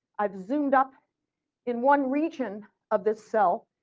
i zoomed up in one region of this cell,